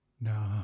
No